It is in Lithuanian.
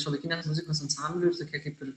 šiuolaikinės muzikos ansambliui ir tokie kaip ir